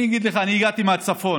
אני אגיד לך, אני הגעתי מהצפון.